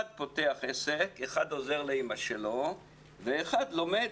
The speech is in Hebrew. אחד פותח עסק, אחד עוזר לאימא שלו ואחד לומד.